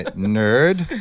nerd,